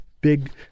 big